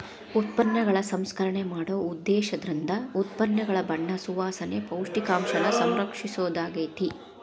ಉತ್ಪನ್ನಗಳ ಸಂಸ್ಕರಣೆ ಮಾಡೊ ಉದ್ದೇಶೇಂದ್ರ ಉತ್ಪನ್ನಗಳ ಬಣ್ಣ ಸುವಾಸನೆ, ಪೌಷ್ಟಿಕಾಂಶನ ಸಂರಕ್ಷಿಸೊದಾಗ್ಯಾತಿ